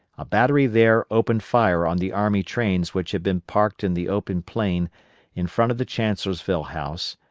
a battery there opened fire on the army trains which had been parked in the open plain in front of the chancellorsville house,